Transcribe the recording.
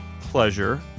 pleasure